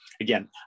again